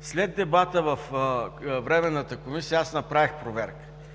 След дебата във Временната комисия аз направих проверка,